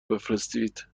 بفرستید